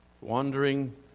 Wandering